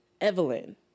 Evelyn